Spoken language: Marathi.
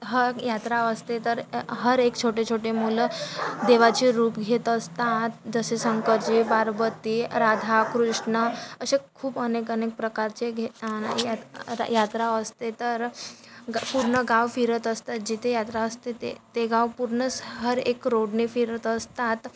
हग यात्रा असते तर अ हर एक छोटे छोटे मुलं देवाचे रूप घेत असतात जसे शंकरजी पार्वती राधा कृष्ण असे खूप अनेक अनेक प्रकारचे घे यात यात्रा असते तर पूर्ण गाव फिरत असतात जिथे यात्रा असते ते ते गाव पूर्ण हर एक रोडने फिरत असतात